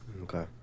Okay